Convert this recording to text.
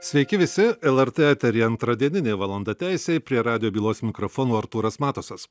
sveiki visi lrt eteryje antradieninė valanda teisei prie radijo bylos mikrofono artūras matusas